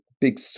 big